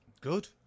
Good